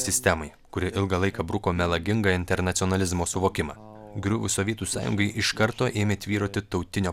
sistemai kuri ilgą laiką bruko melagingą internacionalizmo suvokimą griuvus sovietų sąjungai iš karto ėmė tvyroti tautinio